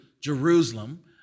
Jerusalem